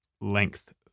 length